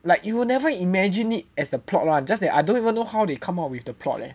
like you will never imagine it as the plot [one] just that I don't even know how they come up with the plot leh